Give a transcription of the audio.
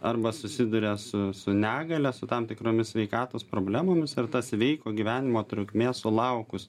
arba susiduria su su negalia su tam tikromis sveikatos problemomis ar ta sveiko gyvenimo trukmė sulaukus